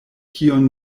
kion